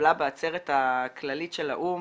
שהתקבלה בעצרת הכללית של האו"ם